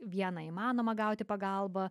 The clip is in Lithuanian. viena įmanoma gauti pagalbą